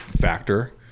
factor